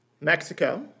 Mexico